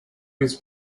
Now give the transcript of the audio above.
his